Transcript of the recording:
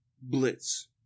blitz